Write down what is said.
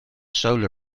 solo